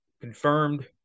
confirmed